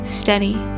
steady